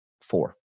four